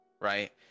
right